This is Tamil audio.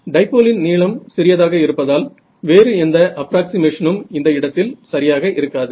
டைப்போலின் நீளம் சிறியதாக இருப்பதால் வேறு எந்த அப்ராக்ஸிமேஷனும் இந்த இடத்தில் சரியாக இருக்காது